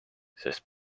sest